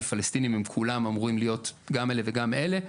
ופלסטינים הם כולם אמורים להיות גם אלה וגם אלה,